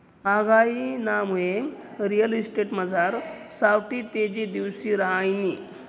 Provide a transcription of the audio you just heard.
म्हागाईनामुये रिअल इस्टेटमझार सावठी तेजी दिवशी रहायनी